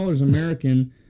American